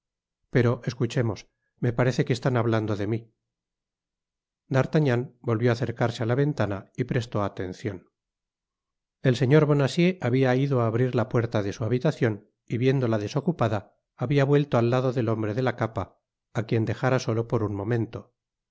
pero escuchemos me parece que están hablando de mí d'artagnan volvió á acercarse á la ventana y prestó atencion el señor bonacieux habia ido á abrir la puerta de su habitacion y viéndola desocupada habia vuelto al lado del hombre de la capa á quien dejara solo por un momento se